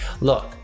look